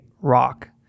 rock